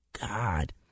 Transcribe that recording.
God